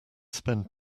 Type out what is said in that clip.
spend